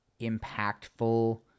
impactful